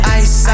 ice